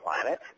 planet